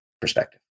perspective